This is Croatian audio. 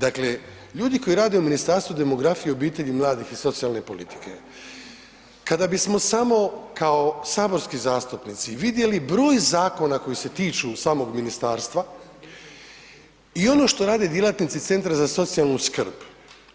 Dakle, ljudi koji rade u Ministarstvu demografije, obitelji, mladih i socijalne politike, kada bismo samo kao saborski zastupnici vidjeli broj zakona koji se tiču samog ministarstva i ono što rade djelatnici centra za socijalnu skrb